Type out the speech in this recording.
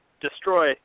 destroy